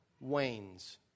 wanes